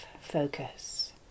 focus